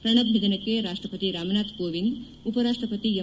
ಪ್ರಣಬ್ ನಿಧನಕ್ಕೆ ರಾಷ್ಟ್ ಪತಿ ರಾಮನಾಥ್ ಕೋವಿಂದ್ ಉಪರಾಷ್ಟ್ ಪತಿ ಎಂ